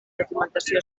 documentació